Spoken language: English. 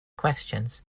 questions